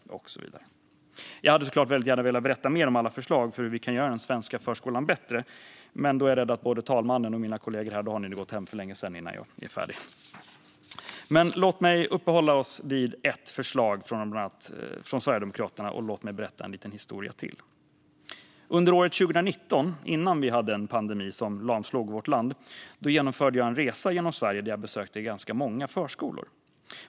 Jag hade såklart gärna velat berätta mer om alla förslag om hur vi kan göra den svenska förskolan bättre, men jag är rädd att både talmannen och mina kollegor här hade gått hem för länge sedan innan jag blivit färdig. Men låt mig uppehålla mig vid ett förslag från Sverigedemokraterna, och låt mig berätta en liten historia till. Under 2019, innan vi hade en pandemi som lamslog vårt land, genomförde jag en resa genom Sverige där jag besökte ganska många förskolor.